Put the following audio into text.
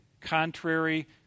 contrary